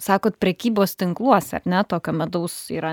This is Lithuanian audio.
sakot prekybos tinkluose ar ne tokio medaus yra